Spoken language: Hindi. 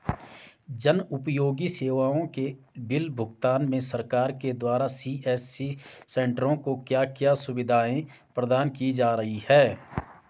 जन उपयोगी सेवाओं के बिल भुगतान में सरकार के द्वारा सी.एस.सी सेंट्रो को क्या क्या सुविधाएं प्रदान की जा रही हैं?